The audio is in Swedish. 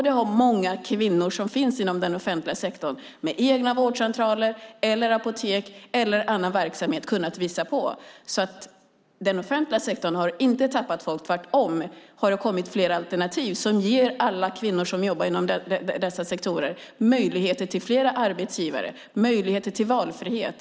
Det har många kvinnor med egna vårdcentraler, apotek och annan verksamhet inom den offentliga sektorn visat. Den offentliga sektorn har alltså inte tappat folk. Tvärtom har det kommit fler alternativ, vilket innebär att kvinnor som jobbar i denna sektor får möjlighet att välja mellan fler arbetsgivare. De har en valfrihet.